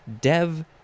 dev